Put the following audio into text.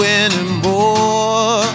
anymore